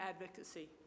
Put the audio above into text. advocacy